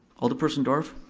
alderperson dorff.